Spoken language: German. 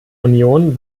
union